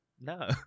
No